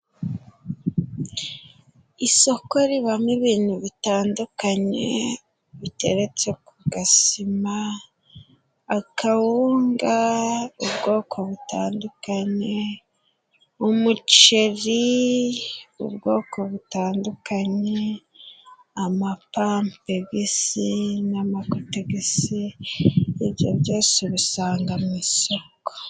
Isoko ribamo ibintu bitandukanye biteretse ku gasima akawunga ubwoko butandukanye ,umuceri ubwoko butandukanye amapampegisi n'amakotegisi ibyo byose ubisanga mu isoko.